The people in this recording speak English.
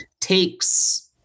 takes